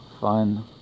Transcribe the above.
fun